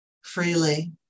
freely